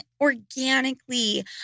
organically